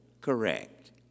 correct